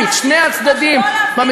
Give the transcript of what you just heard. הפוליטיים בינינו אנחנו נמשיך לנהל כאן,